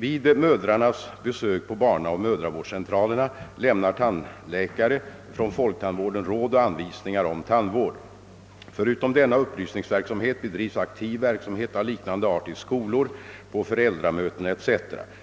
Vid mödrarnas besök på barnaoch mödravårdscentralerna lämnar tandläkare från folktandvården råd och anvisningar om tandvård. Förutom denna upplysningsverksamhet bedrivs aktiv verksamhet av liknande art i skolor, på föräldramöten etc.